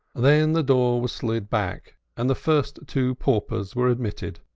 then the door was slid back, and the first two paupers were admitted,